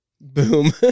Boom